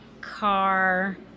car